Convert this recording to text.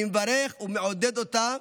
אני מברך ומעודד אותה,